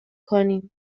کنیم